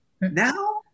Now